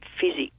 physics